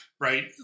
right